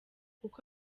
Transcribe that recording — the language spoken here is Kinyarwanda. uko